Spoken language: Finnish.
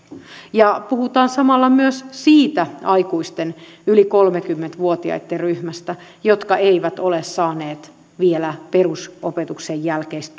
ja puhutaan samalla myös siitä yli kolmekymmentä vuotiaitten aikuisten ryhmästä joka ei ole saanut vielä perusopetuksen jälkeistä